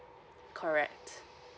correct